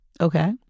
Okay